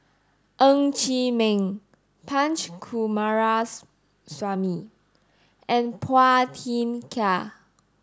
Ng Chee Meng Punch Coomaraswamy and Phua Thin Kiay